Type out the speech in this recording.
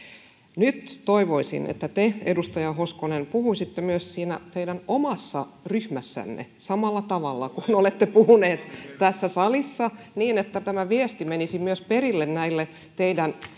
nyt toivoisin että te edustaja hoskonen puhuisitte myös siinä teidän omassa ryhmässänne samalla tavalla kuin olette puhunut tässä salissa niin että tämä viesti menisi myös perille näille teidän